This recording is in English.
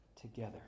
together